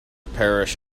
parish